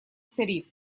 серри